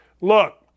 Look